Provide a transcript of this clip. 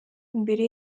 imbere